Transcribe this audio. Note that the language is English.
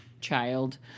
child